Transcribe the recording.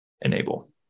enable